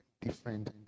different